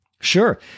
Sure